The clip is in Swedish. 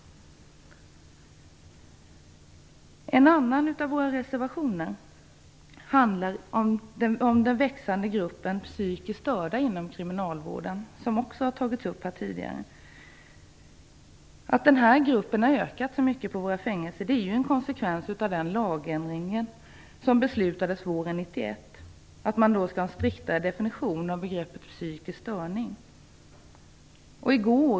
En annan av våra reservationer handlar om den växande gruppen psykiskt störda inom kriminalvården, som också har tagits upp här tidigare. Att den gruppen har ökat så mycket på våra fängelser är en konsekvens av den lagändring som beslutades våren 1991, nämligen att man skall ha en striktare definition av begreppet psykisk störning.